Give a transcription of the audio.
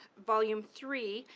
volume three,